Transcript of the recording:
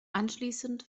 anschließend